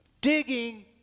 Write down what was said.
digging